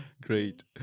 Great